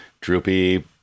droopy